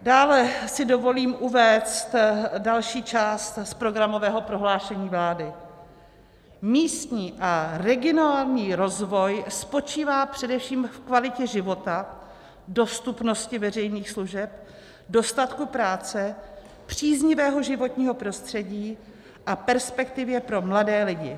Dále si dovolím uvést další část z programového prohlášení vlády: Místní a regionální rozvoj spočívá především v kvalitě života, dostupnosti veřejných služeb, dostatku práce, příznivého životního prostředí a perspektivě pro mladé lidi.